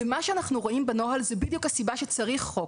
מה שאנחנו רואים בנוהל זו בדיוק הסיבה שצריך חוק.